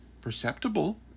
perceptible